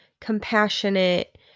compassionate